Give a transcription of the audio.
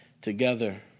together